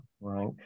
right